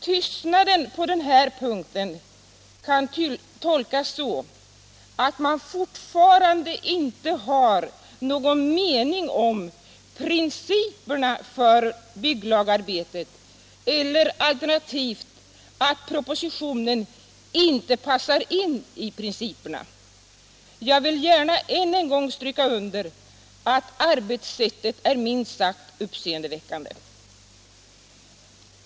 Tystnaden på den här punkten kan tolkas så att man fortfarande inte har någon mening om principerna om bygglagarbetet eller — alternativt — att propositionen inte passar in i principerna. Jag vill gärna än en gång stryka under att arbetssättet är minst sagt uppseendeväckande.